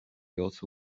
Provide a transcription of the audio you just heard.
also